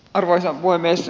arvoisa puhemies